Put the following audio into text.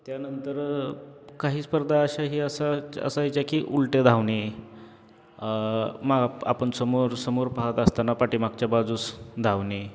त्यानंतर काही स्पर्धा अशाही असा असायच्या की उलटे धावणे मग आपण समोर समोर पाहत असताना पाठीमागच्या बाजूस धावणे